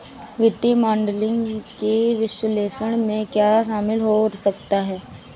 वित्तीय मॉडलिंग के विश्लेषण में क्या शामिल हो सकता है?